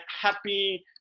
happy